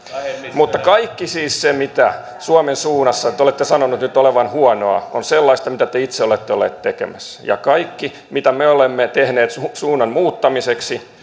mutta siis kaikki se mitä suomen suunnassa te olette sanoneet nyt olevan huonoa on sellaista mitä te te itse olette olleet tekemässä ja kaikki mitä me olemme tehneet suunnan muuttamiseksi